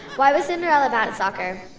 why was cinderella bad at soccer?